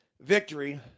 victory